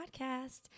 podcast